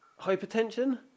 Hypertension